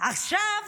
עכשיו